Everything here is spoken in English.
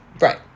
Right